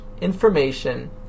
information